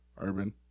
urban